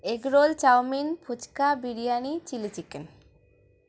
egg roll chowmein phuchka biryani chilli chicken